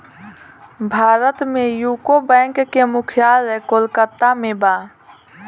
भारत में UCO bank के मुख्यालय कोलकाता में बा